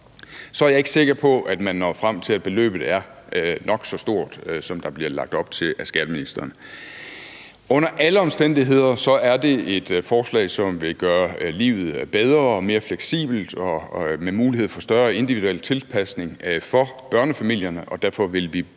så er jeg ikke sikker på, at man når frem til, at beløbet er så stort, som der bliver lagt op til af skatteministeren. Under alle omstændigheder er det et forslag, som vil gøre livet bedre og mere fleksibelt med mulighed for større individuel tilpasning for børnefamilierne, og derfor vil vi bakke